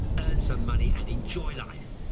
and some money, and enjoy life.